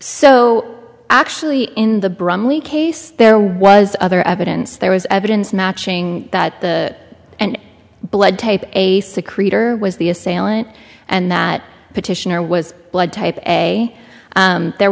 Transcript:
so actually in the bromley case there was other evidence there was evidence matching that the and blood type a secrete or was the assailant and that petitioner was blood type a there